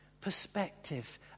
perspective